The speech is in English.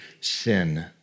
sin